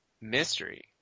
mystery